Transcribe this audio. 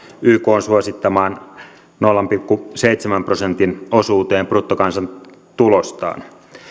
ykn suosittamaan nolla pilkku seitsemän prosentin osuuteen bruttokansantulostaan